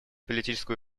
политическую